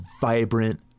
vibrant